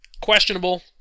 Questionable